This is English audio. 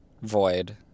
Void